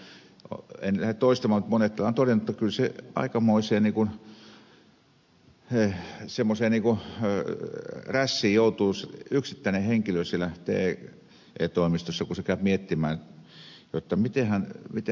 en lähde toistamaan mutta monet täällä ovat todenneet että kyllä se aikamoiseen prässiin joutuu yksittäinen henkilö siellä te toimistossa kun se käyp miettimään jotta vääristääkö tämä kilpailua vai ei